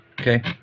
okay